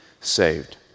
saved